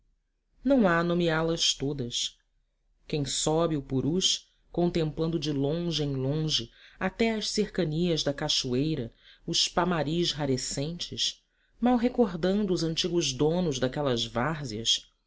não há nomeá las todas quem sobe o purus contemplando de longe em longe até às cercanias da cachoeira as pamaris rarescentes mal recordando os antigos donos daquelas várzeas